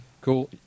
Cool